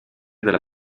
della